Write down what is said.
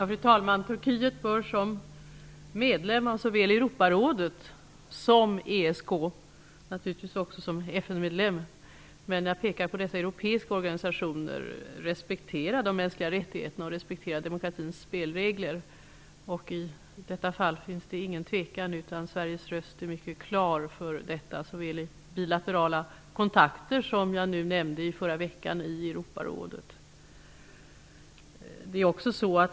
Fru talman! Turkiet bör som medlem av såväl Europarådet som ESK -- naturligtvis också som FN-medlem, men jag vill nu peka på dessa europeiska organisationer -- respektera de mänskliga rättigheterna och demokratins spelregler. I detta fall finns det ingen tvekan, utan Sveriges röst är mycket klar i denna fråga, såväl i bilaterala kontakter som i Europarådssammanhang, vilket, som jag nämnde, skedde i förra veckan.